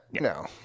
No